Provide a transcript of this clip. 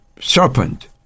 serpent